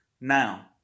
Now